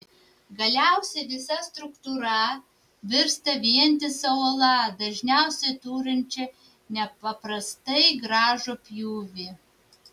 galiausiai visa struktūra virsta vientisa uola dažniausiai turinčia nepaprastai gražų pjūvį